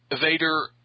Vader